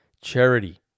Charity